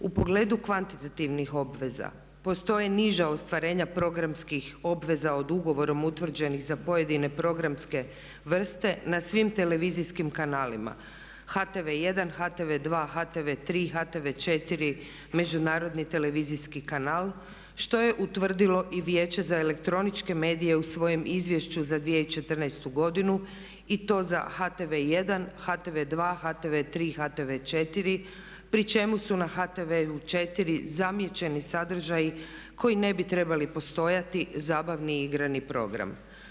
U pogledu kvantitativnih obveza postoje niža ostvarenja programskih obveza od ugovorom utvrđenih za pojedine programske vrste na svim televizijskim kanalima HTV1, HTV2, HTV3, HTV4, međunarodni televizijski kanal što je utvrdilo i Vijeće za elektroničke medije u svojem izvješću za 2014. godinu i to za HTV1, HTV2, HTV3, HTV4 pri čemu su na HTV4 zamijećeni sadržaji koji ne bi trebali postojati zabavni igrani program.